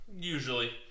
usually